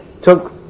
took